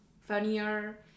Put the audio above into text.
funnier